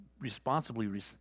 responsibly